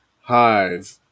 Hive